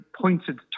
pointed